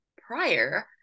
prior